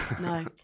No